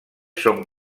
són